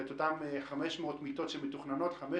אותן 500 600 מיטות שמתוכננות.